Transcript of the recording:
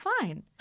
fine